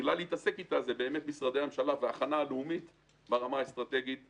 היא באמת משרדי הממשלה והכנה לאומית ברמה האסטרטגית הכוללת.